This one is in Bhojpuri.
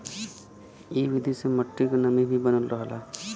इ विधि से मट्टी क नमी भी बनल रहला